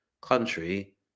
country